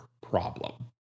problem